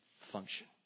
function